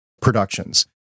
productions